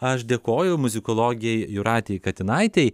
aš dėkoju muzikologei jūratei katinaitei